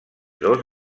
dos